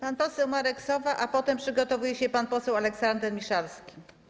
Pan poseł Marek Sowa, a potem przygotowuje się pan poseł Aleksander Miszalski.